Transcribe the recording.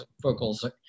vocals